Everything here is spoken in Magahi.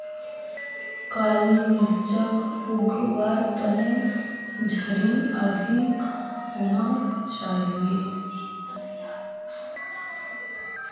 काली मिर्चक उग वार तने झड़ी अधिक होना चाहिए